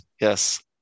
Yes